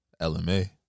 LMA